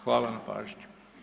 Hvala na pažnji.